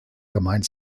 gemeint